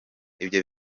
ibyo